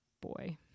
boy